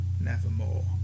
nevermore